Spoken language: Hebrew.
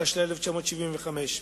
התשל"ה-1975.